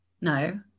No